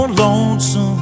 lonesome